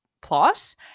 plot